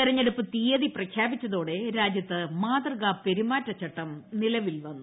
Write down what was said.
തെരഞ്ഞെടുപ്പ് തീയതി പ്രഖ്യാപിച്ചതോടെ രാജ്യത്ത് മാതൃകാ പെരുമാറ്റചട്ടം നിലവിൽ വന്നു